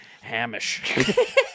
Hamish